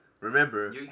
Remember